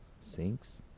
Sinks